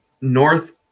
North